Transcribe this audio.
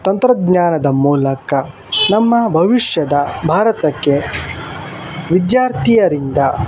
ತಂತ್ರಜ್ಞಾನದ ಮೂಲಕ ನಮ್ಮ ಭವಿಷ್ಯದ ಭಾರತಕ್ಕೆ ವಿದ್ಯಾರ್ಥಿಯರಿಂದ